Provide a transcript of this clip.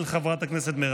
של חבר הכנסת אופיר